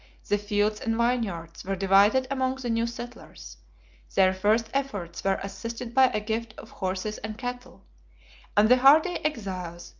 the fields and vineyards were divided among the new settlers their first efforts were assisted by a gift of horses and cattle and the hardy exiles,